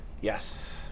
Yes